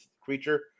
creature